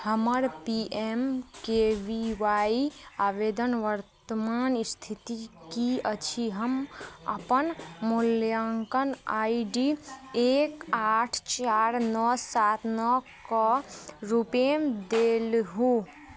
हमर P M K V Y आवेदन वर्तमान इस्थिति कि अछि हम अपन मूल्याङ्कन आइ डी एक आठ चारि नओ सात नओ कऽ रूपमे देलहुँ